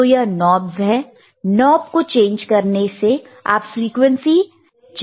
तो यह नॉबस है नॉब को चेंज करने से आप फ्रीक्वेंसी चेंज कर सकते हैं